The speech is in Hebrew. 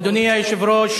אדוני היושב-ראש,